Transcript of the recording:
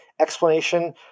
explanation